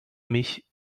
mich